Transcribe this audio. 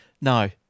No